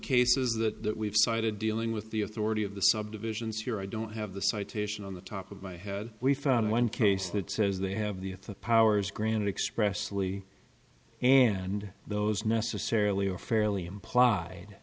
cases that we've cited dealing with the authority of the subdivisions here i don't have the citation on the top of my head we found one case that says they have the if the powers granted expressly and those necessarily are fairly implied